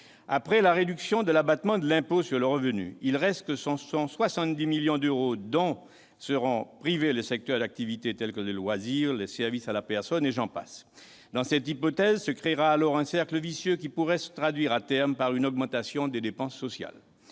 Avec la réduction de l'abattement de l'impôt sur le revenu, il reste que ce sont 70 millions d'euros dont seront privés des secteurs d'activité tels que les loisirs, les services à la personne, et j'en passe. Dans cette hypothèse, un cercle vicieux, qui pourrait se traduire à terme par une augmentation des dépenses sociales,